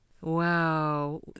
Wow